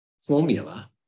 formula